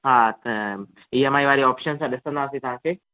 हा त E M I वारी ऑप्शन सां ॾिसंदासीं तव्हांखे